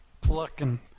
plucking